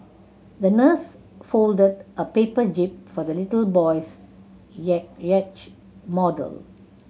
the nurse folded a paper jib for the little boy's yacht model